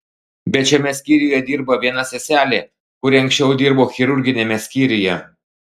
bet šiame skyriuje dirba viena seselė kuri anksčiau dirbo chirurginiame skyriuje